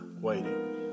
waiting